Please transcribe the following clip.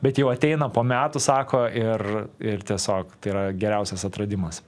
bet jau ateina po metų sako ir ir tiesiog tai yra geriausias atradimas